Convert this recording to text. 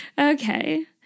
Okay